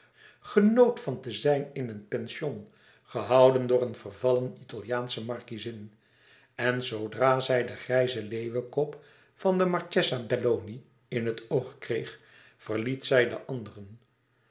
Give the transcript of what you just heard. genoot van te zijn in een pension gehouden door een vervallen italiaansche markiezin en zoodra zij den grijzen leeuwenkop van de marchesa belloni in het oog kreeg verliet zij de anderen